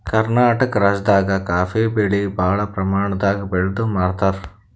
ಕರ್ನಾಟಕ್ ರಾಜ್ಯದಾಗ ಕಾಫೀ ಬೆಳಿ ಭಾಳ್ ಪ್ರಮಾಣದಾಗ್ ಬೆಳ್ದ್ ಮಾರ್ತಾರ್